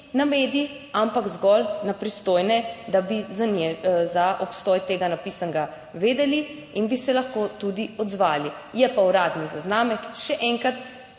na medij, ampak zgolj na pristojne, da bi za obstoj tega napisanega vedeli in bi se lahko tudi odzvali. Je pa uradni zaznamek - še enkrat